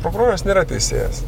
prokuroras nėra teisėjas